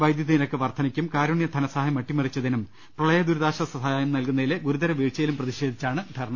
വൈദ്യു തിനിരക്ക് വർദ്ധനയ്ക്കും കാരുണ്യ ധനസഹായം അട്ടിമറിച്ചതിനും പ്രളയദുരിതാ ശ്വാസ സഹായം നൽകുന്നതിലെ ഗുരുതരവീഴ്ചയിലും പ്രതിഷേധിച്ചാണ് ധർണ